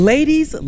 Ladies